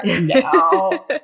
No